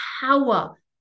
power